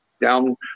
down